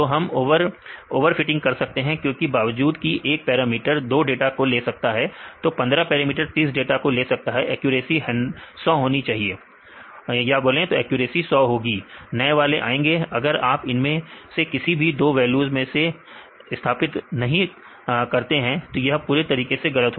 तो हम ओवरफिटिंग कर सकते हैं क्योंकि बावजूद की 1 पैरामीटर 2 डाटा को ले सकता है तो 15 पैरामीटर 30 डाटा को ले सकते हैं एक्यूरेसी 100 होगी नए वाले आएंगे अगर आप इनमें से किसी भी दो वैल्यूज में से स्थापित नहीं करते हैं तो यह पूरी तरीके से गलत है